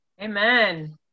Amen